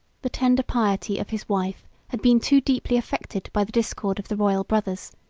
the tender piety of his wife had been too deeply affected by the discord of the royal brothers,